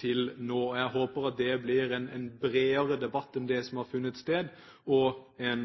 til nå. Jeg håper at det blir en bredere debatt enn det som har funnet sted, og en